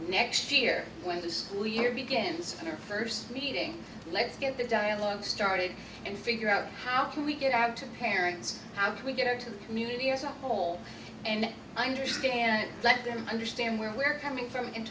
next year when the school year begins in our first meeting let's get the dialogue started and figure out how can we get out to parents how can we get into the community as a whole and understand let them understand where we're coming from and